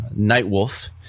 Nightwolf